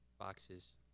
Boxes